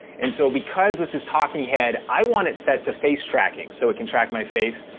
and so because this is talking head, i want it set to face tracking, so it can track my face.